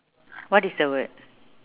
what is the word